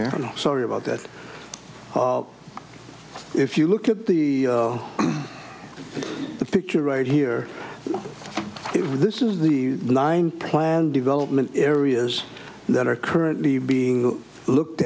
aaron sorry about that if you look at the the picture right here if this is the nine planned development areas that are currently being looked